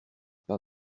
pas